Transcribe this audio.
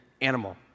animal